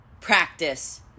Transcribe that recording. Practice